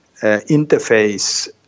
interface